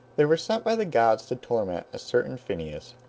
they were sent by the gods to torment a certain phineus,